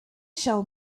shall